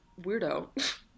weirdo